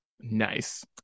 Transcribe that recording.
Nice